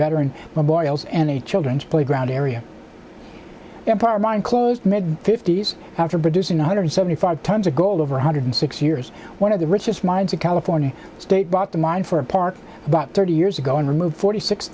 veteran memorials and a children's playground area empire mine closed mid fifty's after producing one hundred seventy five tons of gold over one hundred six years one of the richest mines of california state brought to mind for a park about thirty years ago and removed forty six